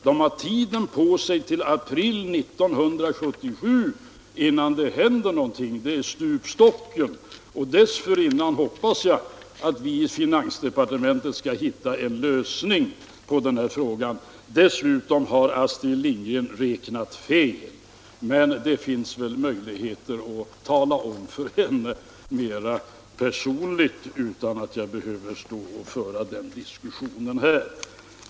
De har tiden på sig till april 1977 innan det händer någonting — det är stupstocken. Dessförinnan hoppas jag att vi i finansdepartementet skall hitta en lösning på den här frågan. Dessutom har Astrid Lindgren räknat fel. Men det finns väl möjligheter att tala om det för henne mera personligt, så att jag inte behöver föra den diskussionen här.